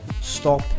Stop